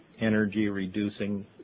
energy-reducing